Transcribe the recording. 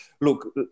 look